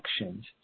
actions